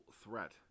Threat